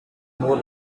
more